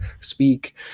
speak